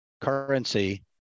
currency